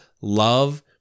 love